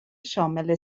شامل